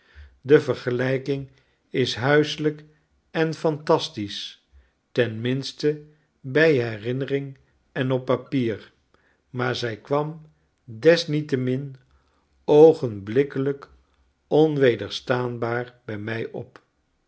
de vergelijking is huiselijk en phantastisch ten minste bij herinnering en op papier maar zij kwam desniettemin oogenblikkelijk onwederstaanbaar bij mij op